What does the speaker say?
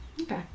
Okay